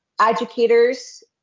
educators